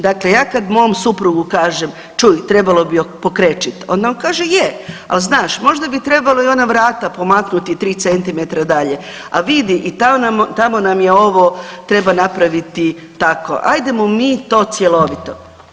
Dakle ja kad mom suprugu kažem, čuj, trebalo bi pokrečiti, onda on kaže je, ali znaš, možda bi trebalo i ona vrata pomaknuti 3 cm dalje, a vidi, tamo nam je ovo, treba napraviti tako, ajdemo mi to cjelovito.